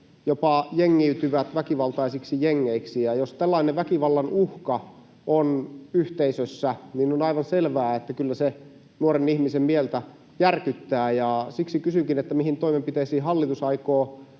jopa jengiytyvät väkivaltaisiksi jengeiksi. Jos yhteisössä on tällainen väkivallan uhka, niin on aivan selvää, että kyllä se nuoren ihmisen mieltä järkyttää, ja siksi kysynkin: mihin toimenpiteisiin hallitus aikoo